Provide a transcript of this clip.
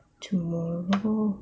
tomorrow